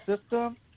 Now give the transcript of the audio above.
system